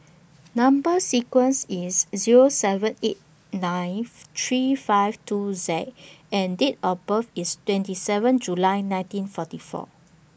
Number sequence IS S Zero seven eight nine three five two X and Date of birth IS twenty seven July nineteen forty four